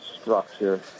structure